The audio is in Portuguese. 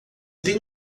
tem